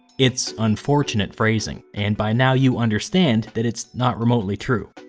it's unfortunate phrasing, and by now you understand that it's not remotely true.